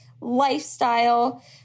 lifestyle